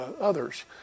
others